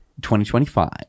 2025